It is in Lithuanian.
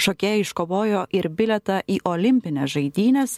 šokėja iškovojo ir bilietą į olimpines žaidynes